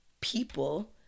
people